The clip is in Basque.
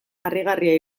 harrigarria